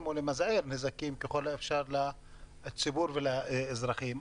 או למזער נזקים ככל האפשר לציבור ולאזרחים.